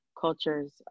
cultures